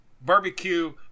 barbecue